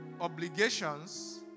obligations